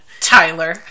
Tyler